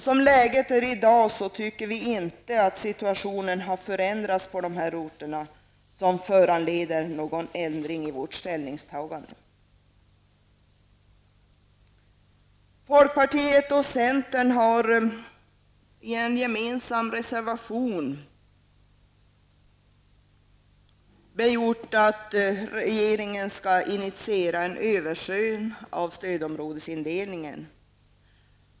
Som läget är i dag tycker vi inte att situationen har förändrats på dessa orter på ett sådant sätt att ett ändrat ställningstagande från vår sida skulle vara motiverat. Folkpartiet och centern begär i en gemensam reservation att regeringen initierar en översyn av stödområdesindelningen.